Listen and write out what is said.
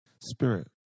spirit